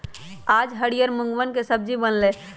आज हरियर मूँगवन के सब्जी बन लय है